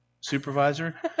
supervisor